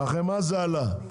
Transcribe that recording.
בחמאה זה עלה.